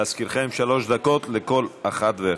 להזכירכם, שלוש דקות לכל אחת ואחד.